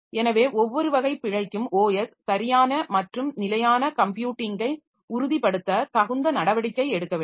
எனவே ஒவ்வொரு வகை பிழைக்கும் OS சரியான மற்றும் நிலையான கம்ப்யூட்டிங்கை உறுதிப்படுத்த தகுந்த நடவடிக்கை எடுக்க வேண்டும்